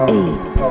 eight